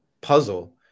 puzzle